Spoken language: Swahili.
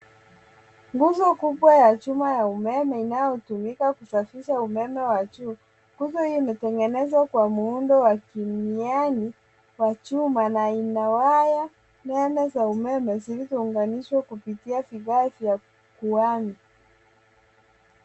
Nguzo kubwa ya chuma ya umeme inayotumika kusafisha umeme wa juu. Nguzo hiyo imetengenezwa kwa muundo wa kimiani wa chuma na ina waya nene za umeme zilizounganishwa kupitia vigae vya kuami.